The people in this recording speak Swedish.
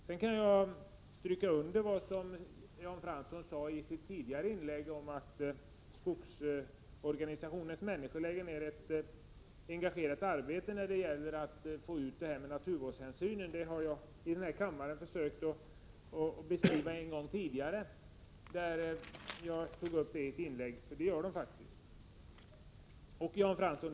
Jag kan stryka under det som Jan Fransson sade i sitt tidigare inlägg, att skogsvårdsorganisationens människor lägger ned ett engagerat arbete på att sprida information om betydelsen av naturvårdshänsynen. Det har jag försökt att beskriva en gång tidigare i ett inlägg här i kammaren, för det gör de faktiskt.